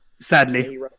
Sadly